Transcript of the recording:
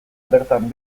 bertan